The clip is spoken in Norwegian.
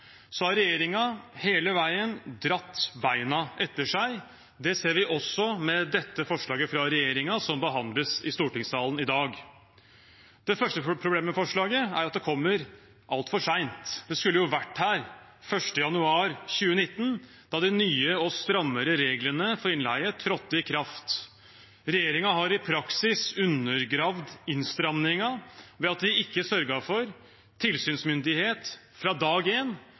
Så har regjeringen hele veien dratt beina etter seg. Det ser vi også med dette forslaget fra regjeringen, som behandles i stortingssalen i dag. Det første problemet med forslaget er at det kommer altfor sent. Det skulle jo vært her 1. januar 2019, da de nye og strammere reglene for innleie trådte i kraft. Regjeringen har i praksis undergravd innstramningen ved at de ikke sørget for tilsynsmyndighet fra dag